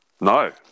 no